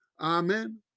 Amen